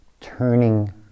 turning